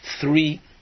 three